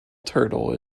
turtle